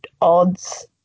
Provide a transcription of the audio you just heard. odds